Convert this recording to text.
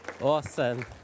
Awesome